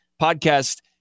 podcast